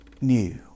new